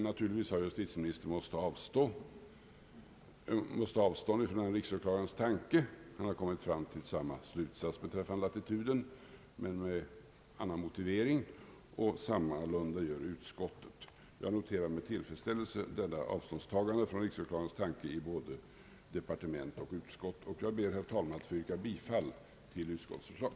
Naturligtvis måste justitieministern avstå från riksåklagarens tanke, och han har kommit fram till samma slutsats be träffande latituden men med en annan motivering — och på samma sätt gör utskottet. Jag noterar med tillfredsställelse det avståndstagande från riksåklagarens tanke som skett både i departementet och i utskottet. Jag ber, herr talman, att få yrka bifall till utskottets förslag.